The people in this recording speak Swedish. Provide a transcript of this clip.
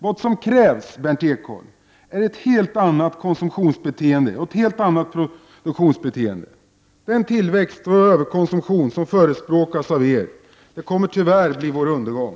Vad som krävs, Berndt Ekholm, är ett helt annat konsumtionsbeteende och ett helt annat produktionsbeteende. Den tillväxt och överkonsumtion som förespråkas av er kommer tyvärr att bli vår undergång!